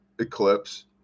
eclipse